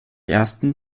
ersten